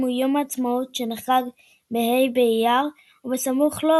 הוא יום העצמאות שנחגג בה' באייר או בסמוך לו,